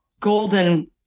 golden